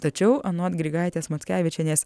tačiau anot grigaitės mockevičienės